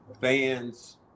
fans